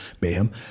mayhem